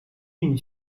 une